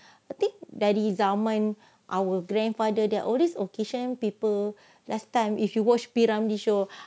I think dari zaman our grandfather they are always this occasion people last time if you watch P ramlee show